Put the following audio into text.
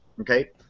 Okay